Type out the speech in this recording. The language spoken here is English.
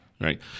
right